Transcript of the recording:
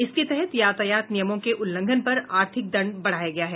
इसके तहत यातायात नियमों के उल्लंघन पर आर्थिक दंड बढ़ाया गया है